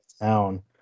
town